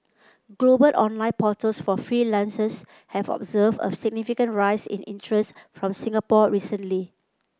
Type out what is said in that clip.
global online portals for freelancers have observed a significant rise in interest from Singapore recently